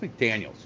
McDaniels